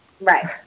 Right